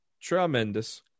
tremendous